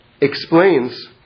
explains